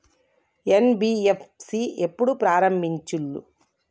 NBFC ఎప్పుడు ప్రారంభించిల్లు?